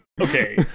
Okay